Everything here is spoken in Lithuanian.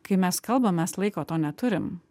kai mes kalbam mes laiko to neturim